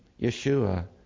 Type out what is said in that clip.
Yeshua